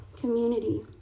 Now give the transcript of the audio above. community